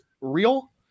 real